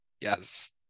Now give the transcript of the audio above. Yes